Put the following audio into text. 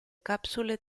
capsule